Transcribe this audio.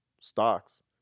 stocks